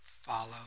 follow